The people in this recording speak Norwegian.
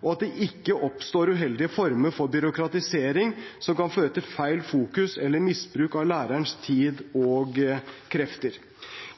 og at det ikke oppstår uheldige former for byråkratisering som kan føre til feil fokus eller misbruk av lærerens tid og krefter.